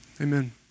amen